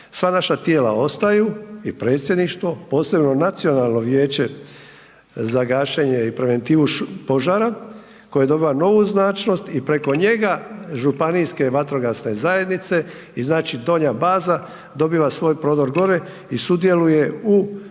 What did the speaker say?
Sadašnja tijela ostaju i predsjedništvo, posebno Nacionalno vijeće za gašenje i preventivu požara koje dobiva novu značnost i preko njega županijske vatrogasne zajednice i znači donja baza dobiva svoj prodor gore i sudjeluje u